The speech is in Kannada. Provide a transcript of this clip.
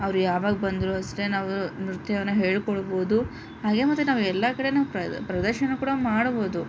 ಅವ್ರು ಯಾವಾಗ ಬಂದರೂ ಅಷ್ಟೆ ನಾವು ನೃತ್ಯವನ್ನು ಹೇಳಿಕೊಡ್ಬೋದು ಹಾಗೆ ಮತ್ತು ನಾವು ಎಲ್ಲ ಕಡೆಯೂ ಪ್ರದ ಪ್ರದರ್ಶನ ಕೂಡ ಮಾಡಬೋದು